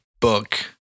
book